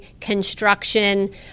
construction